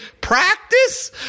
practice